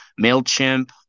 MailChimp